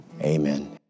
Amen